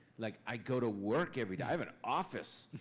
like, i go to work every day. i have an office.